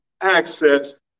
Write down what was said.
access